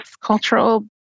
cultural